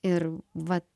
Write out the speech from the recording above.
ir va